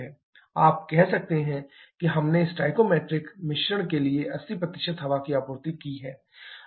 या आप कह सकते हैं कि हमने स्टोइकोमेट्रिक मिश्रण के लिए 80 हवा की आपूर्ति की है